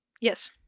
Yes